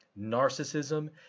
narcissism